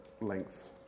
lengths